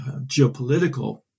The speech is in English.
geopolitical